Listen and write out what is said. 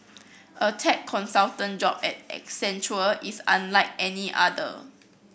a tech consultant job at Accenture is unlike any other